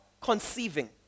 conceiving